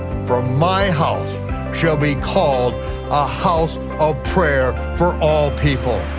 for my house shall be called a house of prayer for all people.